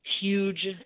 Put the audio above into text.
Huge